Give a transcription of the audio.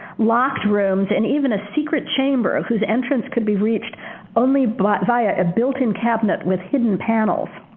locked rooms, and even a secret chamber whose entrance could be reached only but via a built-in cabinet with hidden panels.